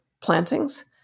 plantings